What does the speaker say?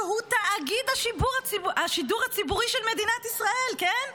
שהוא תאגיד השידור הציבורי של מדינת ישראל, כן?